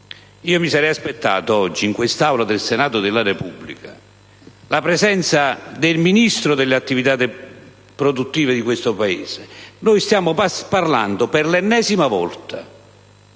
Mi sarei aspettato oggi, in quest'Aula del Senato della Repubblica, la presenza del Ministro per le attività produttive. Stiamo parlando per l'ennesima volta